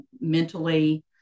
mentally